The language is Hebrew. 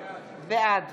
בעד